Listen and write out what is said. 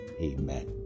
amen